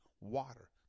water